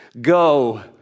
Go